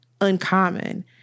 uncommon